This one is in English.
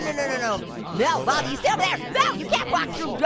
and no no no no. baldi, you stay over there. yeah you can't walk through.